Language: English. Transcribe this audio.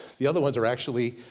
the other ones are actually,